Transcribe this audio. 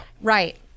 Right